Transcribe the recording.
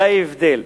זה ההבדל,